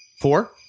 Four